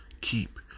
Keep